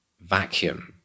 vacuum